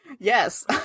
Yes